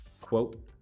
quote